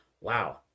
wow